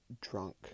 drunk